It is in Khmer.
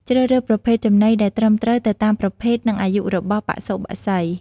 ជ្រើសរើសប្រភេទចំណីដែលត្រឹមត្រូវទៅតាមប្រភេទ និងអាយុរបស់បសុបក្សី។